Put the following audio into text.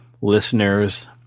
listeners